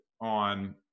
on